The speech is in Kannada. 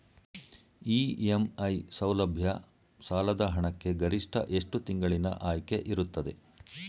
ಇ.ಎಂ.ಐ ಸೌಲಭ್ಯ ಸಾಲದ ಹಣಕ್ಕೆ ಗರಿಷ್ಠ ಎಷ್ಟು ತಿಂಗಳಿನ ಆಯ್ಕೆ ಇರುತ್ತದೆ?